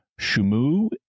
Shumu